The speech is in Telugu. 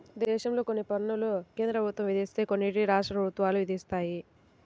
దేశంలో కొన్ని పన్నులను కేంద్ర ప్రభుత్వం విధిస్తే కొన్నిటిని రాష్ట్ర ప్రభుత్వాలు విధిస్తాయి